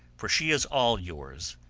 for she is all yours,